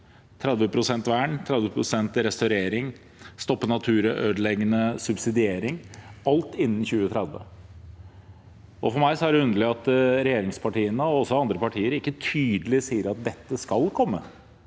30 pst. vern, 30 pst. restaurering og å stoppe naturødeleggende subsidiering – alt innen 2030. For meg er det underlig at regjeringspartiene, og også andre partier, ikke tydelig sier at dette skal komme